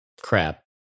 crap